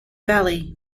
valley